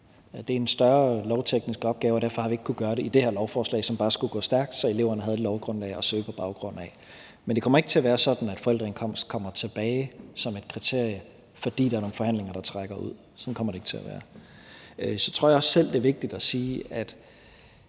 Det er en større lovteknisk opgave, og derfor har vi ikke kunnet gøre det i det her lovforslag, som bare skulle gå stærkt, så eleverne havde et lovgrundlag at søge på baggrund af. Men det kommer ikke til at være sådan, at forældreindkomst kommer tilbage som et kriterie, fordi der er nogle forhandlinger, der trækker ud – sådan kommer det ikke til at være. Så tror jeg også selv, det er vigtigt at sige, at